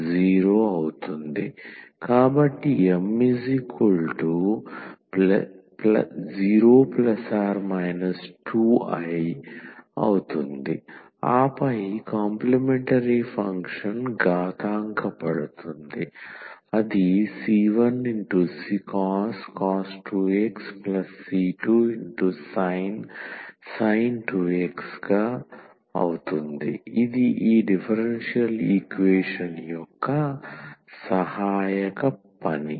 కాబట్టి m0±2i ఆపై complementary function ఘాతాంక పడుతుంది c1cos 2xc2sin 2x ఇది ఈ డిఫరెన్షియల్ ఈక్వేషన్ యొక్క సహాయక పని